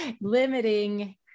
limiting